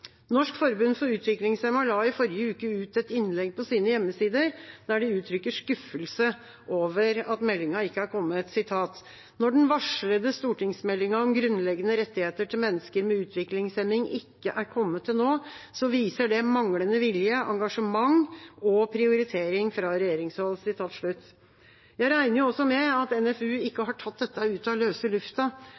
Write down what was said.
Norsk Forbund for Utviklingshemmede la i forrige uke ut et innlegg på sine hjemmesider, der de uttrykker skuffelse over at meldinga ikke er kommet: «Når den varslede stortingsmeldingen om grunnleggende rettigheter til mennesker med utviklingshemning ikke er kommet til nå, så viser det manglende vilje, engasjement og prioriteringer fra regjeringshold.» Jeg regner med at NFU ikke har tatt dette ut av løse